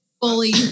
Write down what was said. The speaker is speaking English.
fully